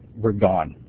we're gone.